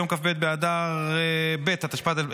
ביום כ"ב באדר ב' התשפ"ד,